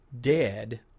dead